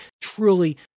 truly